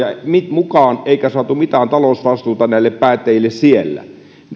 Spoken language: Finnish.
mukaan eikä saatu mitään talousvastuuta näille päättäjille siellä